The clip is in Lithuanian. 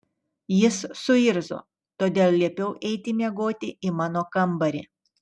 jis suirzo todėl liepiau eiti miegoti į mano kambarį